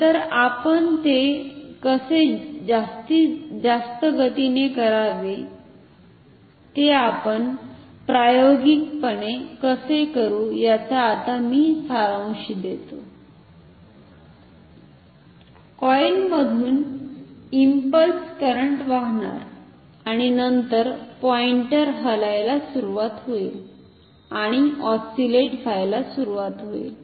तर आपण हे कसे जास्तगतीने करावे ते आपण प्रायोगिकपणे कसे करू याचा आता मी सारांश देतो कॉइलमधून इंपल्स करंट वाहणार आणि नंतर पॉइंटर हलायला सुरुवात होईल आणि ऑस्सिलेट व्हायला सुरू होईल